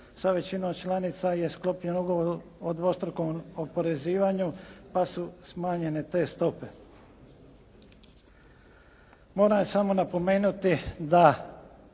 sa većinom članica je sklopljen ugovor o dvostrukom oporezivanju pa su smanjene te stope. Moram samo napomenuti da